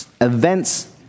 events